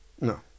No